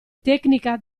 tecnica